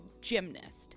gymnast